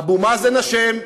אבו מאזן אשם.